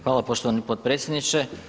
Hvala poštovani potpredsjedniče.